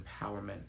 empowerment